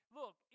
look